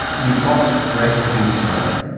you've got breast cancer,